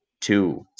two